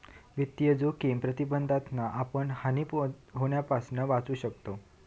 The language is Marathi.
वित्तीय जोखिम प्रबंधनातना आपण हानी होण्यापासना वाचू शकताव